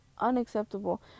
unacceptable